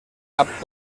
cap